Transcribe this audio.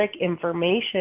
information